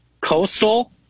Coastal